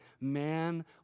Man